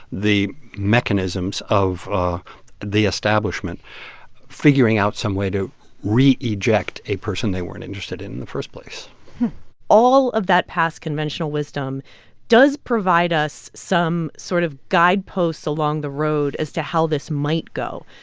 the mechanisms of ah the establishment figuring out some way to reject a person they weren't interested in the first place all of that past conventional wisdom does provide us some sort of guidepost along the road as to how this might go.